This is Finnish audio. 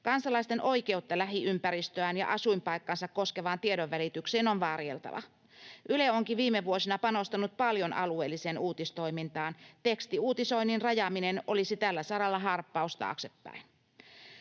Kansalaisten oikeutta lähiympäristöään ja asuinpaikkaansa koskevaan tiedonvälitykseen on varjeltava. Yle onkin viime vuosina panostanut paljon alueelliseen uutistoimintaan. Tekstiuutisoinnin rajaaminen olisi tällä saralla harppaus taaksepäin.